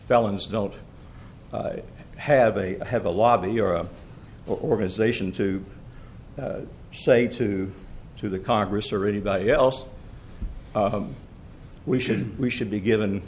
felons don't have a have a lobby or organization to say to to the congress or anybody else we should we should be given